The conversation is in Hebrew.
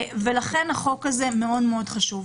ולכן החוק הזה מאוד חשוב.